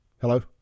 Hello